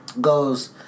goes